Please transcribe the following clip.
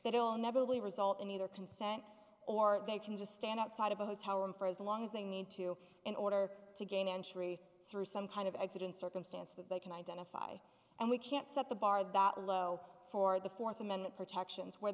that it will never be result in either consent or they can just stand outside of a hotel room for as long as they need to in order to gain entry through some kind of accident circumstance that they can identify and we can't set the bar that low for the fourth amendment protections where